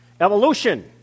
Evolution